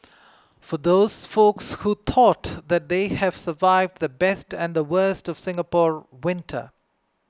for those folks who thought that they have survived the best and the worst of Singapore winter